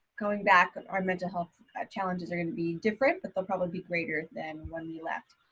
going back, and our mental health challenges are gonna be different, but they'll probably be greater than when we left.